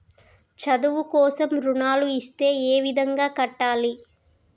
చదువు కోసం రుణాలు ఇస్తే ఏ విధంగా కట్టాలి?